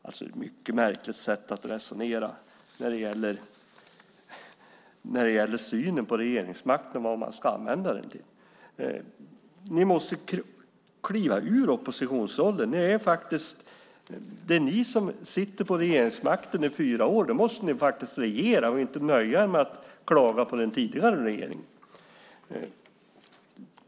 Det är ett mycket märkligt sätt att resonera när det gäller synen på regeringsmakten och vad den ska användas till. Ni måste kliva ur oppositionsrollen. Det är ni som sitter på regeringsmakten i fyra år. Då måste ni också regera och inte nöja er med att klaga på den tidigare regeringen.